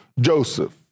Joseph